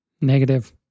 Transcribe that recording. Negative